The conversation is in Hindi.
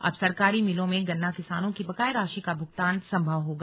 अब सरकारी मिलों में गन्ना किसानों की बकाया राशि का भुगतान संभव होगा